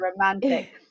romantic